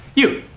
you.